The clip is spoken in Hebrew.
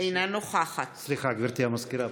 אינה נוכחת סליחה, גברתי המזכירה,